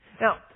Now